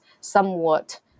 somewhat